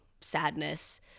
sadness